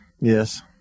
Yes